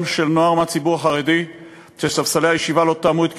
של נוער מהציבור החרדי שספסלי הישיבה לא תאמו את כישוריו,